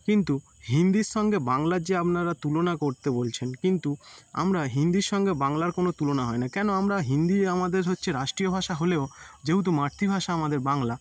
কিন্তু হিন্দির সঙ্গে বাংলার যে আপনারা তুলনা করতে বলছেন কিন্তু আমরা হিন্দির সঙ্গে বাংলার কোনো তুলনা হয় না কেন আমরা হিন্দি আমাদের হচ্ছে রাষ্ট্রীয় ভাষা হলেও যেহেতু মাতৃভাষা আমাদের বাংলা